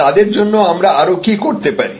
তাদের জন্য আমরা আরও কী করতে পারি